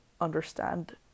understand